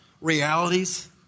realities